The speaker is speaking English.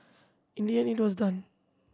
in the end it was done